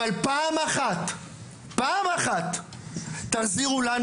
אבל פעם אחת תחזירו לנו,